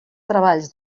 treballs